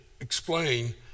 explain